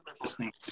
listening